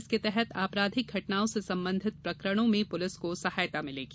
इसके तहत आपराधिक घटनाओं से संबंधित प्रकरणों में पुलिस को सहायता मिलेगी